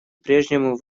прежнему